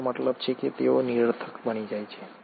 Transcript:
મારો મતલબ કે તેઓ નિરર્થક બની જાય છે